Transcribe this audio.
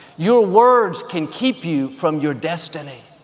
your words can keep you from your destiny.